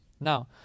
Now